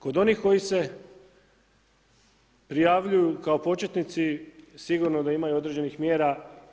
Kod onih koji se prijavljuju kao početnici, sigurno da ima i određenih mjera.